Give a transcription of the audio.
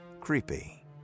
creepy